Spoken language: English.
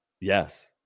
yes